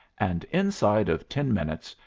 and inside of ten minutes,